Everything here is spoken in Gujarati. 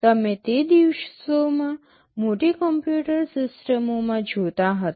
તમે તે દિવસોમાં મોટી કમ્પ્યુટર સિસ્ટમોમાં જોતા હતા